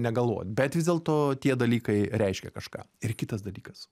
negalvot bet vis dėlto tie dalykai reiškia kažką ir kitas dalykas